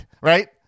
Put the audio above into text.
right